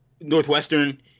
Northwestern